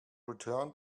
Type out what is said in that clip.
returned